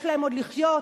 יש להם עוד לחיות